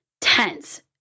tense